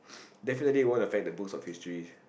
ppl definitely won't affect the books of histories